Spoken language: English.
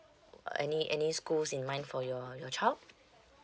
any any schools in mind for your your child